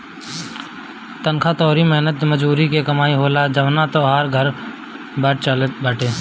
तनखा तोहरी मेहनत मजूरी के कमाई होला जवना से तोहार घर चलत बाटे